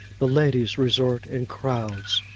the ladies resort in crowds.